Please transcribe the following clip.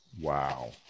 Wow